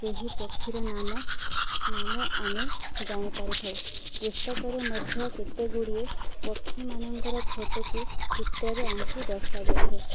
ସେହି ପକ୍ଷୀର ନାମ ନାମ ଆମେ ଜାଣିପାରିଥାଉ ପୁସ୍ତକରେ ମଧ୍ୟ କେତେ ଗୁଡ଼ିଏ ପକ୍ଷୀମାନଙ୍କର ଫଟୋକୁ ଚିତ୍ରରେ ଆଙ୍କି ଦର୍ଶାଯାଇଥାଉ